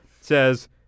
says